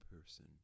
person